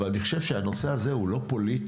אבל אני חושב שהנושא הזה הוא לא פוליטי,